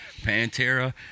Pantera